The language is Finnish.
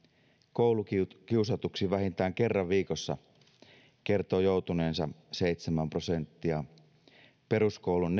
koulukiusatuksi vähintään kerran viikossa kertoo joutuneensa seitsemän prosenttia peruskoulun